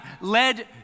led